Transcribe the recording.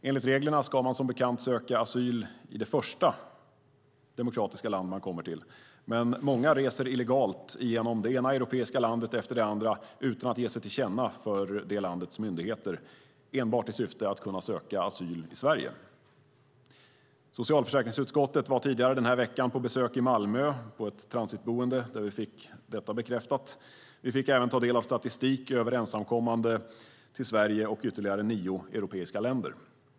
Enligt reglerna ska man som bekant söka asyl i det första demokratiska land man kommer till, men många reser illegalt igenom det ena europeiska landet efter det andra utan att ge sig till känna för respektive lands myndigheter, enbart i syfte att kunna söka asyl i Sverige. Socialförsäkringsutskottet var tidigare den här veckan på besök i Malmö på ett transitboende där vi fick detta bekräftat. Vi fick även ta del av statistik över ensamkommande till Sverige och ytterligare nio europeiska länder.